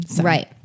Right